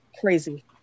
crazy